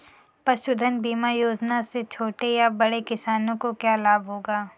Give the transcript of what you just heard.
पशुधन बीमा योजना से छोटे या बड़े किसानों को क्या लाभ होगा?